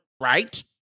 right